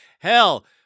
Hell